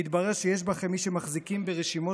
והתברר שיש אצלכם מי שמחזיקים ברשימות